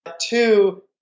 Two